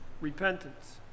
repentance